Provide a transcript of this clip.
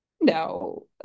no